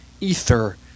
ether